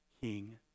King